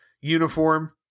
uniform